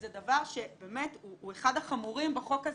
זה דבר שבאמת הוא אחד החמורים בחוק הזה,